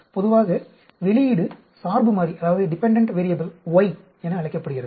பொதுவாக வெளியீடு சார்பு மாறி y என அழைக்கப்படுகிறது